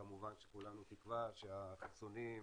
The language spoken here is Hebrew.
כמובן שכולנו תקווה שהחיסונים,